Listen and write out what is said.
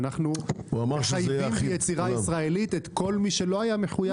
שאנחנו מחייבים ביצירה ישראלית את כל מי שלא היה מחויב.